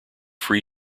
free